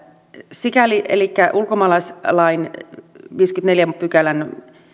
sikäli elikkä ulkomaalaislain viidennenkymmenennenneljännen pykälän